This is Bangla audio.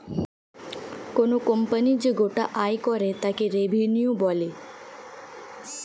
কোনো কোম্পানি যে গোটা আয় করে তাকে রেভিনিউ বলে